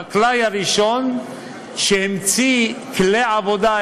החקלאי הראשון שהמציא כלי עבודה,